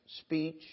speech